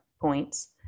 points